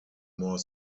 more